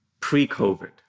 pre-COVID